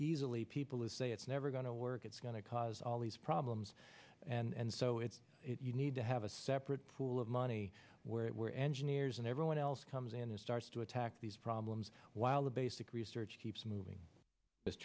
easily people who say it's never going to work it's going to cause all these problems and so it's you need to have a separate pool of money where it where engineers and everyone else comes in and starts to attack these problems while the basic research keeps moving this